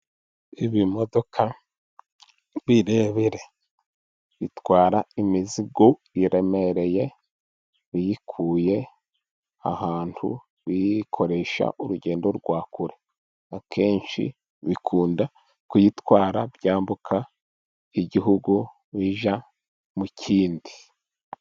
Ibimodoka birebire bitwara imizigo iremereye biyikuye ahantu biyikoresha urugendo rwa kure, akenshi bikunda kuyitwara byambuka igihugu bijya mu kindi.